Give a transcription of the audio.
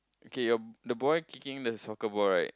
okay a the boy kicking the soccer ball right